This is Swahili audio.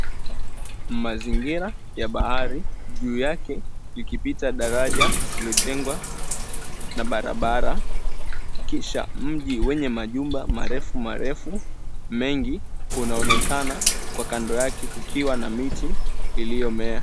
Mazingira ya bahari, juu yake likipita daraja, lilojengwa na barabara. Kisha mji wenye majumba marefu marefu mengi unaonekana kwa kando yake kukiwa na miti iliyomea.